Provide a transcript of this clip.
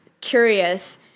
curious